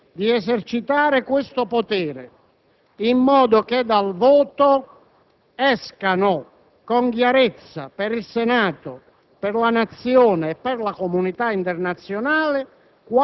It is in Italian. di esercitare questo potere, in modo che dal voto escano, con chiarezza, per il Senato, per la Nazione e per la comunità internazionale,